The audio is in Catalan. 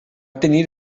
tenir